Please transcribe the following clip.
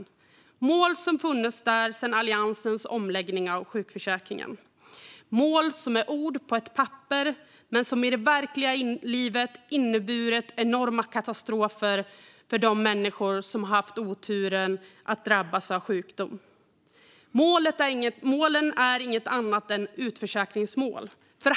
Dessa mål har funnits där sedan Alliansens omläggning av sjukförsäkringen - mål som är ord på ett papper men som i det verkliga livet har inneburit enorma katastrofer för de människor som har haft oturen att drabbas av sjukdom. Målen är inget annat än utförsäkringsmål.